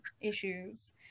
issues